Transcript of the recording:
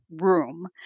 room